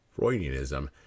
Freudianism